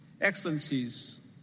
Excellencies